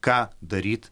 ką daryt